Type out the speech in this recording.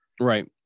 Right